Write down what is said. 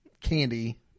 candy